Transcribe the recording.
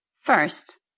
First